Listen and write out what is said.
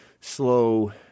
slow